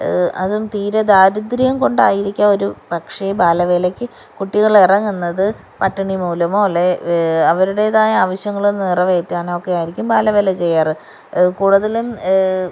അതും തീരെ ദാരിദ്ര്യം കൊണ്ടായിരിക്കാം ഒരു പക്ഷേ ബാലവേലക്ക് കുട്ടികളിറങ്ങുന്നത് പട്ടിണി മൂലമോ അല്ലെ അവരുടേതായ ആവശ്യങ്ങൾ നിറവേറ്റാനോക്കെ ആയിരിക്കും ബാലവേല ചെയ്യാറ് കൂടുതലും